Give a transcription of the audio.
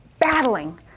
Battling